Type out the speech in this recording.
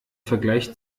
vergleich